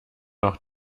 auch